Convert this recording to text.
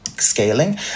scaling